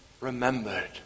remembered